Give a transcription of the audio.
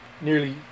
nearly